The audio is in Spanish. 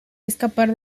escapar